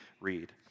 read